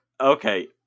okay